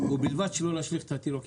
ובלבד שלא נשפוך את התינוק עם המים.